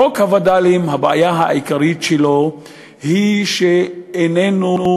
חוק הווד"לים, הבעיה העיקרית שלו היא שאין בו